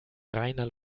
reiner